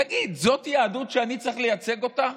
תגיד, זאת היהדות שאני צריך לייצג אותה?